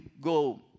go